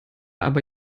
aber